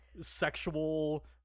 sexual